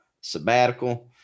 sabbatical